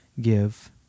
give